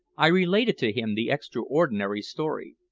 i related to him the extraordinary story.